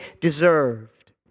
deserved